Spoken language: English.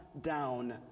down